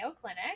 clinic